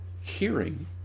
hearing